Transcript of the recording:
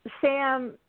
Sam